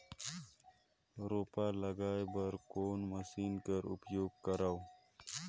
रोपा लगाय बर कोन मशीन कर उपयोग करव?